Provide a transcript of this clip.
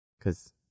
Cause